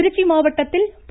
திருச்சி மாவட்டத்தில் ப